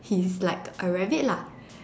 he's like a rabbit lah